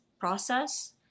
process